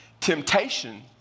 Temptation